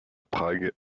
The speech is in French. prague